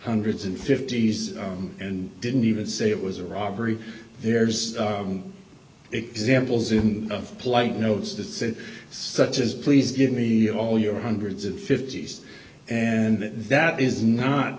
hundreds and fifties and didn't even say it was a robbery there's examples in polite notes that said such as please give me all your hundreds of fifties and that that is not